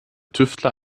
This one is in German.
tüftler